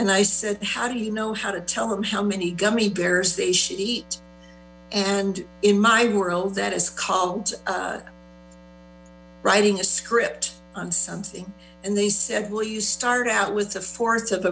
and i said how do you know how to tell them how many gummy bears they should eat and in my world that is called writing a script on something and they said well you start out with the force of